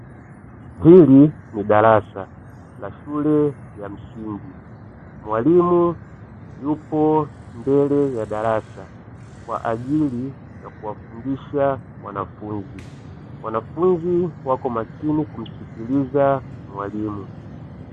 Hili ni darasa la shule ya msingi, mwalimu yupo mbele ya darasa kwa ajili ya kuwafundisha wanafunzi, wanafunzi wapo makini kumsikiliza mwalimu.